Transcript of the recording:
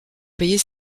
payer